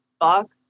fuck